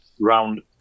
round